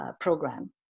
program